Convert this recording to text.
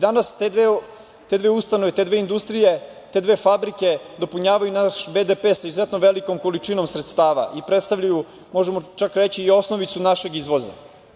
Danas te dve ustanove, te dve industrije, te dve fabrike dopunjavaju naš BDP sa izuzetno velikom količinom sredstava i predstavljaju, možemo čak reći, i osnovicu našeg izvoza.